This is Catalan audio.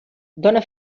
dona